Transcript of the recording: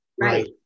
Right